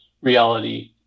reality